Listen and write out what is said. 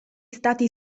stati